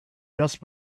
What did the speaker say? just